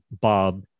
Bob